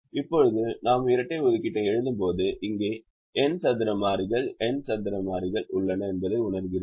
இப்போது நாம் இரட்டை ஒதுக்கீட்டை எழுதும்போது இங்கே n சதுர மாறிகள் n சதுர மாறிகள் உள்ளன என்பதை உணர்கிறோம்